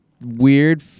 weird